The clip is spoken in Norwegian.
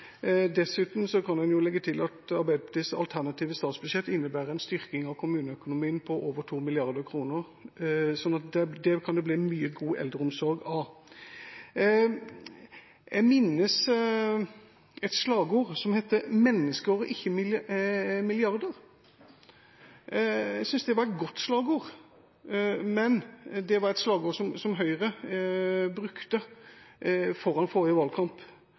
legge til at Arbeiderpartiets alternative statsbudsjett innebærer en styrking av kommuneøkonomien med over 2 mrd. kr. Det kan det bli mye god eldreomsorg av. Jeg minnes et slagord som heter «Mennesker, ikke milliarder». Jeg synes det var et godt slagord, det var et slagord som Høyre brukte foran forrige valgkamp.